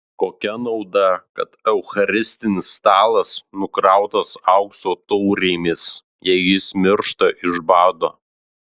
kokia nauda kad eucharistinis stalas nukrautas aukso taurėmis jei jis miršta iš bado